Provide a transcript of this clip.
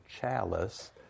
chalice